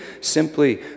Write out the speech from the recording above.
simply